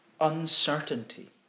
uncertainty